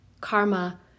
Karma